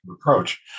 approach